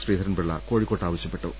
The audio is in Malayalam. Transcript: ശ്രീധരൻപിള്ള കോഴിക്കോട്ട് ആവശ്യപ്പെട്ടു